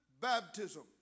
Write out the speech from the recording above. baptism